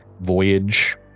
voyage